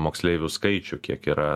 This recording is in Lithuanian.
moksleivių skaičių kiek yra